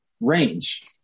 range